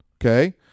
Okay